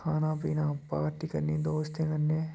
खाना पीना पार्टी करनी दोस्तें कन्नै